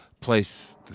place